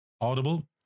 Audible